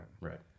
Right